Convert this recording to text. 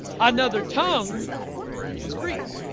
another tongue was greek